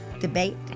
debate